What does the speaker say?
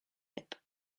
lip